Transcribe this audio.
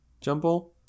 jumble